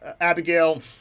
Abigail